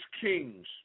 kings